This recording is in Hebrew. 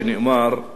חבר הכנסת נפאע,